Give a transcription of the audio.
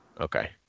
Okay